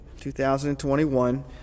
2021